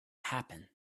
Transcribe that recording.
happen